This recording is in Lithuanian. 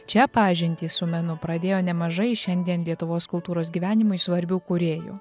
čia pažintį su menu pradėjo nemažai šiandien lietuvos kultūros gyvenimui svarbių kūrėjų